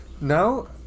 No